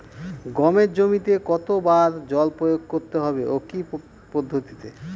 গমের জমিতে কতো বার জল প্রয়োগ করতে হবে ও কি পদ্ধতিতে?